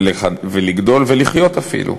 ולגדול ולחיות אפילו.